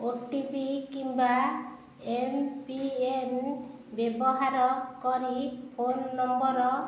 ଓ T P କିମ୍ବା MPIN ବ୍ୟବହାର କରି ଫୋନ୍ ନମ୍ବର